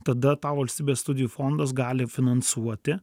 tada tau valstybės studijų fondas gali finansuoti